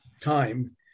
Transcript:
time